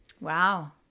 Wow